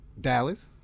Dallas